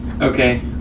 okay